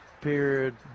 period